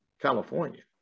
California